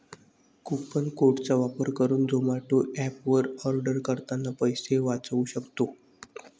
coupon code चा वापर करुन झोमाटो एप वर आर्डर करतांना पैसे वाचउ सक्तो